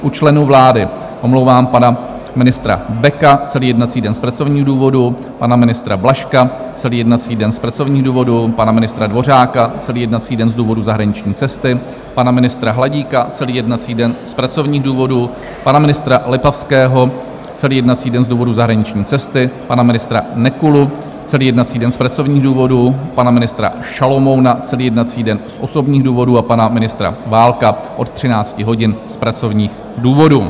U členů vlády omlouvám pana ministra Beka celý jednací den z pracovních důvodů, pana ministra Blažka celý jednací den z pracovních důvodů, pana ministra Dvořáka celý jednací den z důvodu zahraniční cesty, pana ministra Hladíka celý jednací den z pracovních důvodů, pana ministra Lipavského celý jednací den z důvodu zahraniční cesty, pana ministra Nekulu celý jednací den z pracovních důvodů, pana ministra Šalomouna celý jednací den z osobních důvodů, pana ministra Válka od 13 hodin z pracovních důvodů.